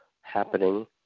happening